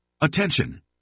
Attention